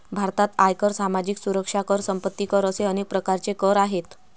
भारतात आयकर, सामाजिक सुरक्षा कर, संपत्ती कर असे अनेक प्रकारचे कर आहेत